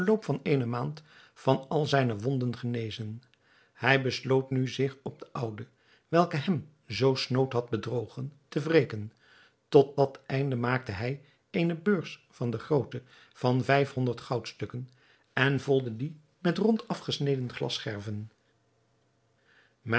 eene maand van al zijne wonden genezen hij besloot nu zich op de oude welke hem zoo snood had bedrogen te wreken tot dat einde maakte hij eene beurs van de grootte van vijf-honderd goudstukken en vulde die met rond afgesneden glasscherven